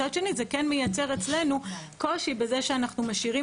מצד שני זה כן מייצר אצלנו קושי בזה שאנחנו משאירים